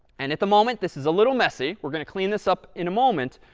and at the moment, this is a little messy. we're going to clean this up in a moment.